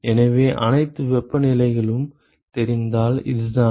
எனவே அனைத்து வெப்பநிலைகளும் தெரிந்தால் இதுதான்